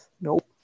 Nope